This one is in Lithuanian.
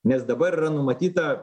nes dabar yra numatyta